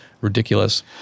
ridiculous